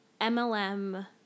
MLM